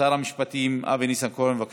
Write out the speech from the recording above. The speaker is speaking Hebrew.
שר המשפטים אבי ניסנקורן, בבקשה.